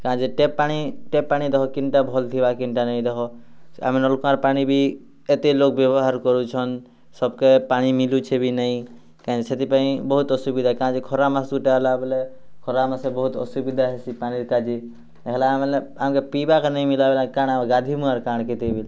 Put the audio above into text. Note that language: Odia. କାଁ ଯେ ଟେପ୍ ପାଣି ଟେପ୍ ପାଣି ଦେଖ କେନ୍ଟା ଭଲ୍ ଥିବା କେନ୍ଟା ନେଇଁ ଦେଖ ଆମେ ନଳ୍କୂଆଁର ପାଣି ବି ଏତେ ଲୋକ୍ ବ୍ୟବହାର୍ କରୁଛନ୍ ସବ୍କେ ପାଣି ମିଲୁଛେ ବି ନେଇଁ କାଁ ଯେ ସେଥିପାଇଁ ବୋହୁତ୍ ଅସୁବିଧା କାଁ ଯେ ଖରା ମାସଗୁଟା ଆଏଲା ବୋଲେ ଖରା ମାସେ ବୋହୁତ୍ ଅସୁବିଧା ହେସି ପାଣିର୍ କାଜି ଦେଖ୍ଲା ବେଲେ ଆମ୍କେ ପିଇବାକେ ନେଇଁ ମିଲା ବେଲାକେ କାଣା ଗାଧେଇମୁ ଆର କାଣା କେତେ ବେଲେ